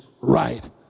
right